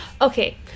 okay